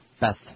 Beth